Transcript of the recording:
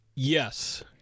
Yes